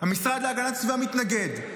המשרד להגנת הסביבה מתנגד,